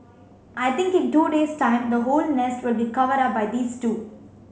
I think in two days time the whole nest will be covered up by these two